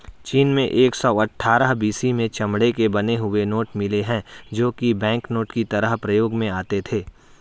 चीन में एक सौ अठ्ठारह बी.सी में चमड़े के बने हुए नोट मिले है जो की बैंकनोट की तरह प्रयोग में आते थे